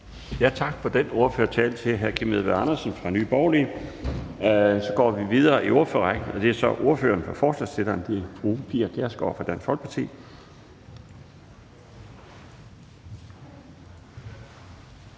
Tak for den ordførertale til hr. Kim Edberg Andersen fra Nye Borgerlige. Så går vi videre i ordførerrækken, og nu er det ordføreren for forslagsstillerne, fru Pia Kjærsgaard fra Dansk Folkeparti.